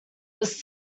was